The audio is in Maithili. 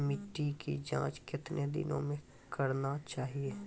मिट्टी की जाँच कितने दिनों मे करना चाहिए?